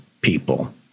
people